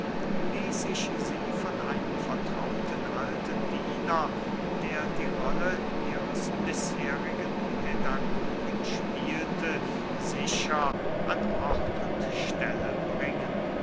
ließ ich sie von einem vertrauten alten diener der die rolle ihres bisherigen pädagogen spielte sicher an ort und stelle bringen